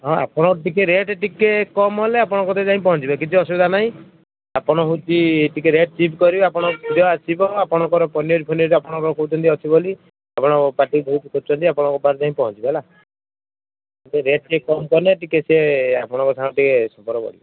ହଁ ଆପଣ ଟିକେ ରେଟ୍ ଟିକେ କମ ହେଲେ ଆପଣ କତିରେ ଯାଇ ପହଞ୍ଚିବେ କିଛି ଅସୁବିଧା ନାହିଁ ଆପଣ ହେଉଛି ଟିକେ ରେଟ୍ ଚିପ କରିବେ ଆପଣ ଯାହା ଥିବ ଆପଣଙ୍କର ପନିର ଫନିର ଆପଣଙ୍କର କହୁୁଛନ୍ତି ଅଛି ବୋଲି ଆପଣ ପାର୍ଟି ବହୁତ ଖୋଜୁଛନ୍ତି ଆପଣଙ୍କ ପାଖରେ ଯାଇ ପହଞ୍ଚିବେ ହେଲା ରେଟ ଟିକେ କମ କରୁନ ଟିକେ ସେ ଆପଣଙ୍କ ସାଙ୍ଗରେ ଟିକେ ସମ୍ପର୍କ ଗଢ଼ିବ